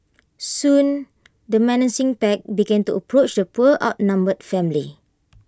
soon the menacing pack began to approach the poor outnumbered family